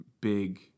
big